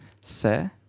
Se